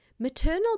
Maternal